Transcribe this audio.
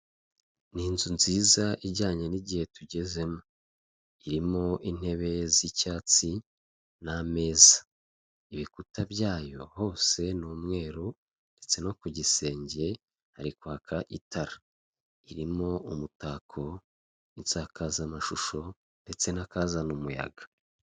Mu muhanda harimo imodoka isize irangi ry'ubururu, imbere harimo haraturukayo ipikipiki ihetse umuntu, hirya gatoya hahagaze umuntu, ku muhanda hari ibiti binini cyane.